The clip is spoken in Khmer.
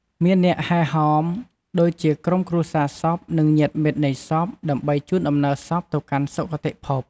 មានអ្នកហែហម ដូចជាក្រុមគ្រួសារសព និងញាតិមិត្តនៃសព ដើម្បីជូនដំណើរសពទៅកាន់សុគតិភព។